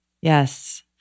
Yes